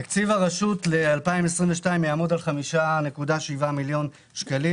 תקציב הרשות ל-2022 יעמוד על 5.7 מיליארד שקלים.